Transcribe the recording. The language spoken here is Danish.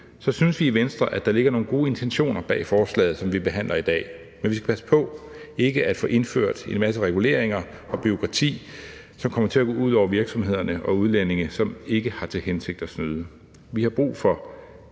så synes vi i Venstre, at der ligger nogle gode intentioner bag forslaget, som vi behandler i dag. Men vi skal passe på ikke at få indført en masse reguleringer og bureaukrati, som kommer til at gå ud over virksomhederne og udlændinge, som ikke har til hensigt at snyde. Vi har brug for